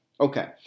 Okay